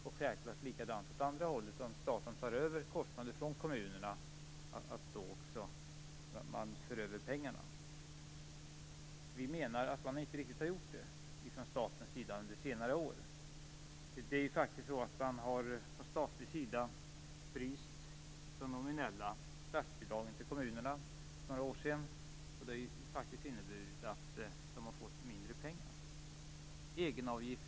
Självklart skall det vara likadant åt andra hållet - om staten tar över kostnader från kommunerna skall också pengarna föras över. Vi menar att man inte riktigt har gjort det från statens sida under senare år. Man frös de nominella statsbidragen till kommunerna för några år sedan, och det har faktiskt inneburit att de fått mindre pengar.